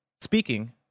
speaking